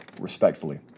respectfully